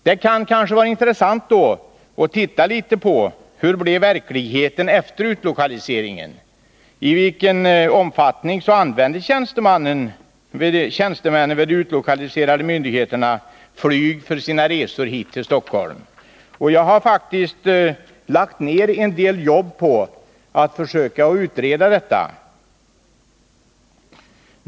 Det kan kanske vara intressant att se litet på hur verkligheten blev efter utlokaliseringen och i vilken omfattning tjänstemännen vid de utlokaliserade myndigheterna använde flyg för sina resor hit till Stockholm. Jag har faktiskt lagt ner en del jobb på att söka utreda detta.